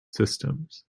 systems